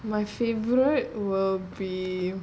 my favourite will be